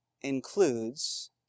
includes